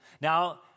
Now